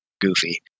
goofy